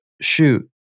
shoot